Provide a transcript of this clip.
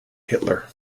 hitler